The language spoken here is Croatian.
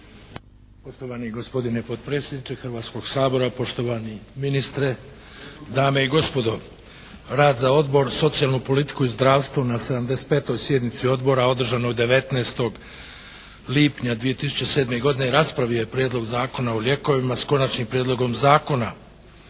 Poštovani gospodine potpredsjedniče Hrvatskoga sabora, poštovani ministre, dame i gospodo. Odbor za rad, socijalnu politiku i zdravstvo na 75. sjednici Odbora održanoj 19. lipnja 2007. godine raspravio je Prijedlog zakona o lijekova, s Konačnim prijedlogom zakona.